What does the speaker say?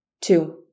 Two